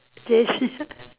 J_C